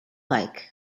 like